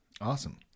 awesome